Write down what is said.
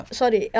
sorry